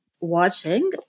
watching